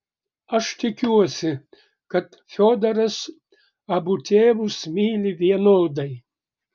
aš tikiuosi kad fiodoras abu tėvus myli vienodai